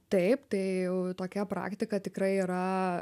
taip tai jau tokia praktika tikrai yra